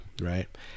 right